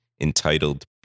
entitled